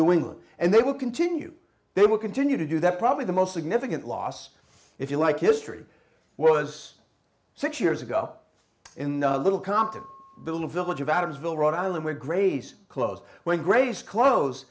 new england and they will continue they will continue to do that probably the most significant loss if you like history was six years ago in the little compton little village of adamsville rhode island where gray's clothes went greatest clothes